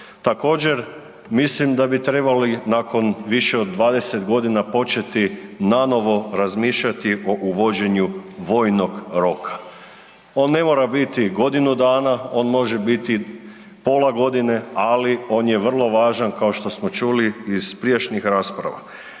Također mislim da bi trebali nakon više od 20 g. početi nanovo razmišljati o uvođenju vojnog roka. On ne mora biti godinu dana, on može biti pola godine ali on je vrlo važan kao što smo čuli iz prijašnjih rasprava.